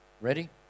ready